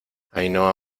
ainhoa